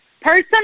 person